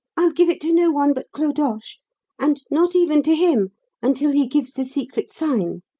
i'll give it to no one but clodoche and not even to him until he gives the secret sign